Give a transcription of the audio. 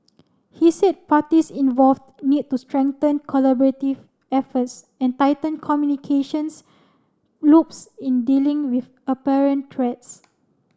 he said parties involved need to strengthen collaborative efforts and tighten communications loops in dealing with apparent threats